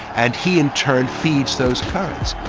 and he in turn feeds those currents.